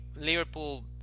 Liverpool